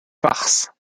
farce